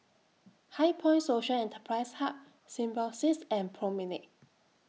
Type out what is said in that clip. HighPoint Social Enterprise Hub Symbiosis and Promenade